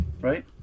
right